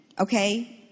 Okay